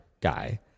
guy